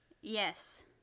Yes